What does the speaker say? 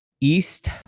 east